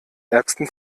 ärgsten